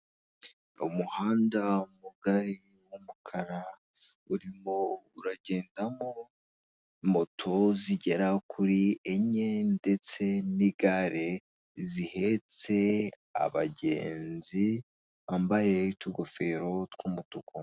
Umuhanda mugari w'umukara urimo uragendamo moto zigera kuri enye ndetse n'igare, zihetse abagenzi bambaye utugofero tw'umutuku.